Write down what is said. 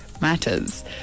matters